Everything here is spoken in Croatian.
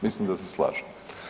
Mislim da se slažemo.